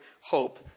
hope